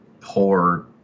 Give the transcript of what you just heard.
poor